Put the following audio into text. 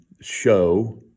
show